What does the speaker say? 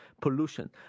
pollution